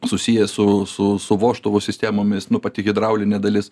susijęs su su su vožtuvų sistemomis nu pati hidraulinė dalis